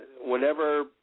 Whenever